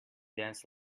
danced